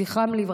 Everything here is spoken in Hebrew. זכרם לברכה,